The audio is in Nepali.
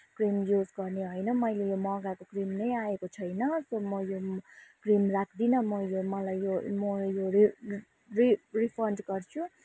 मैले यो क्रिम युज गर्ने होइन मैले यो मगाएको क्रिम नै आएको छैन त म यो क्रिम राख्दिनँ म यो मलाई यो म यो रि रिफन्ड गर्छु